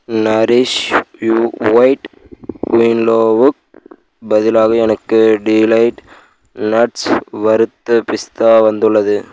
Naresh you white குயினோவுக் பதிலாக எனக்கு டிலைட் நட்ஸ் வறுத்த பிஸ்தா வந்துள்ளது